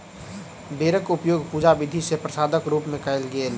बेरक उपयोग पूजा विधि मे प्रसादक रूप मे कयल गेल